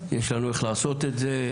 יש לנו איך לעשות את זה.